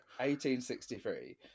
1863